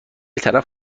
طرف